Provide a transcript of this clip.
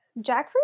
Jackfruit